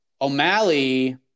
O'Malley